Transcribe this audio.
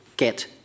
get